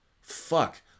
fuck